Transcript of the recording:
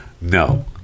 no